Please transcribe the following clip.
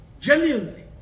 Genuinely